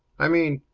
i mean,